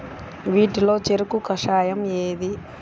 వీటిలో చెరకు కషాయం ఏది?